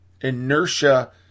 inertia